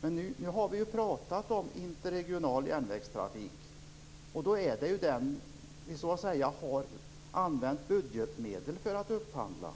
Men vi ju har pratat om interregional järnvägstrafik, och då är det den vi har använt budgetmedel för att upphandla.